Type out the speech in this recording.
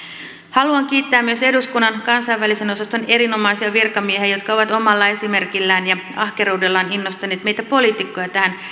haluan kiittää myös eduskunnan kansainvälisen osaston erinomaisia virkamiehiä jotka ovat omalla esimerkillään ja ahkeruudellaan innostaneet meitä politiikkoja tähän